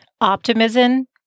optimism